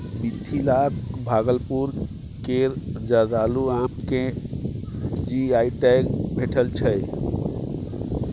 मिथिलाक भागलपुर केर जर्दालु आम केँ जी.आई टैग भेटल छै